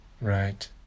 Right